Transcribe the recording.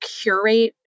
curate